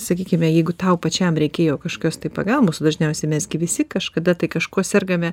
sakykime jeigu tau pačiam reikėjo kažkokios tai pagalbos dažniausiai mes gi visi kažkada tai kažkuo sergame